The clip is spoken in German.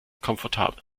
komfortabel